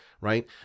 Right